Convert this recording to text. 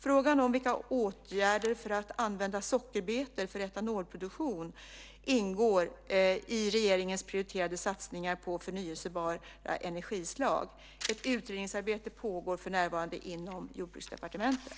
Frågan om åtgärder för att använda sockerbetor för etanolproduktion ingår i regeringens prioriterade satsningar på förnyelsebara energislag. Ett utredningsarbete pågår för närvarande inom jordbruksdepartementet.